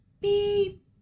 beep